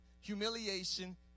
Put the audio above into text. humiliation